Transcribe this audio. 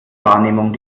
wahrnehmung